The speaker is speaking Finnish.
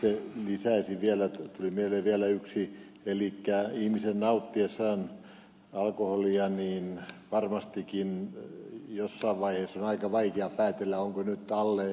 itse lisäisin vielä tuli mieleen vielä yksi elikkä nauttiessaan alkoholia ihmisen varmastikin jossain vaiheessa on aika vaikea päätellä onko nyt alle yhden vai onko jo mennyt ylitse